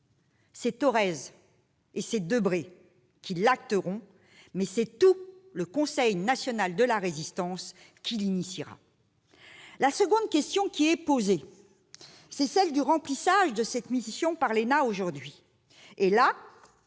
c'est Thorez et Debré qui l'acteront, mais c'est tout le Conseil national de la Résistance qui l'initiera. La seconde question qui est posée est celle de l'accomplissement de cette mission par l'ENA aujourd'hui. À